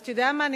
אז אתה יודע מה,